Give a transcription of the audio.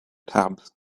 tabs